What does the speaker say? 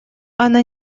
она